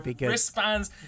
wristbands